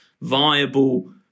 viable